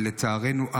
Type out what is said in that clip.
ולצערנו,